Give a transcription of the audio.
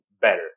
better